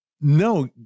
no